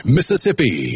Mississippi